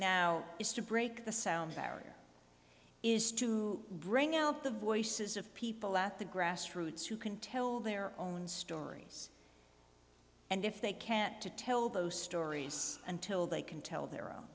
is to break the sound barrier is to bring out the voices of people at the grassroots who can tell their own stories and if they can't to tell those stories until they can tell their own